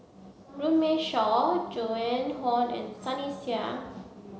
Runme Shaw Joan Hon and Sunny Sia